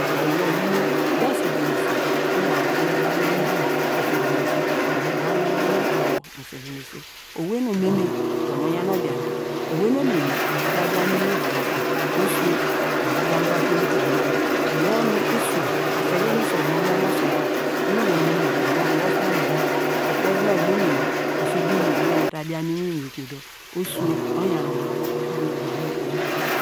Iyor iyi nu da selenese nu wor abo okunu udan omo yor mu selenese, onatu wor mu selenese, owey nu omemen dor mo yan odianke, owei nu omemen dor mu ta dian mu inwin uvayh ka, dor oso mo dian kuwor akimn utuwyn mam mu iyor yor nu isom, aswei yor nu isom nu omo swenya nu wor onomo umon wor osinomo umon dor ukperin nu oyi dor omeme osu duw mo rere dor nu ota dian mu inwinkio dor oyo oyan ubo ubola mo kuwo